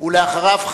אחריו,